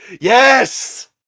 yes